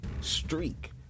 streak